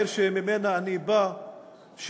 העיר שממנה אני בא,